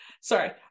Sorry